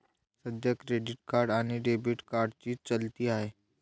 सध्या credit card आणि debit कार्डची चलती आहे